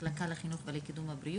גדולה אכלו והיו שבעים.